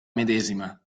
medesima